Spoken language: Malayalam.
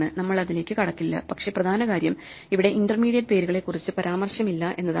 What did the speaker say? നമ്മൾ അതിലേക്ക് കടക്കില്ല പക്ഷേ പ്രധാന കാര്യം ഇവിടെ ഇന്റർമീഡിയറ്റ് പേരുകളെക്കുറിച്ച് പരാമർശമില്ല എന്നതാണ്